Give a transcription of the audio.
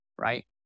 right